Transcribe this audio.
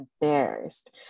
embarrassed